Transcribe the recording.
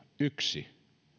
yksi